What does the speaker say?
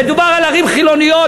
מדובר על ערים חילוניות.